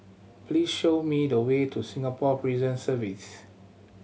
please show me the way to Singapore Prison Service